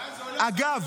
לאן זה הולך, זה אמור